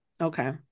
Okay